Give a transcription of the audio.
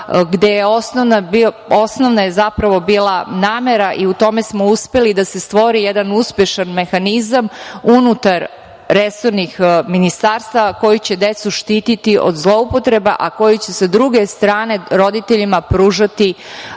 gde je osnovna namera bila, i u tome smo uspeli, da se stvori jedan uspešan mehanizam unutar resornih ministarstava koji će decu štititi od zloupotreba, a koji će, sa druge strane, roditeljima pružati